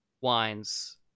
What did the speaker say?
wines